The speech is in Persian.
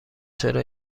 چرا